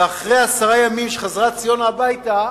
ואחרי עשרה ימים כשציונה תחזור הביתה,